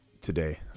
today